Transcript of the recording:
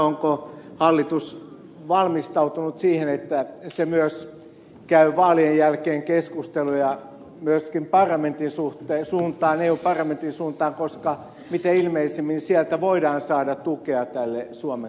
onko hallitus valmistautunut siihen että se myös käy vaalien jälkeen keskusteluja eu parlamentin suuntaan koska mitä ilmeisimmin sieltä voidaan saada tukea tälle suomen kannalle